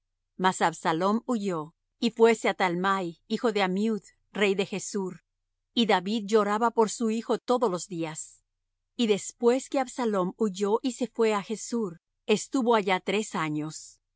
talmai hijo de amiud rey de gessur y david lloraba por su hijo todos los días y después que absalom huyó y se fué á gessur estuvo allá tres años